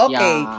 Okay